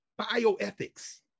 bioethics